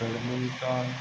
badminton